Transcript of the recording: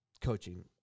coaching